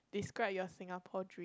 describe your Singapore dream